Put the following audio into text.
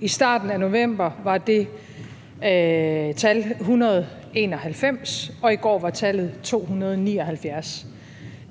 i starten af november var det tal 191, og i går var tallet 279.